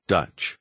Dutch